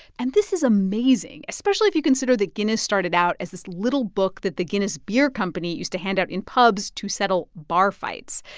and this is amazing, especially if you consider that guinness started out as this little book that the guinness beer company used to hand out in pubs to settle bar fights.